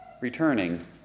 returning